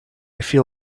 feel